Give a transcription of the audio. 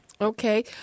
Okay